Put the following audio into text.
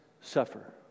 suffer